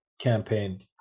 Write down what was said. campaign